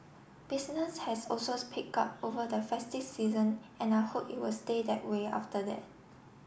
business has also picked up over the festive season and I hope you will stay that way after that